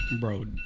Bro